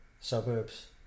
suburbs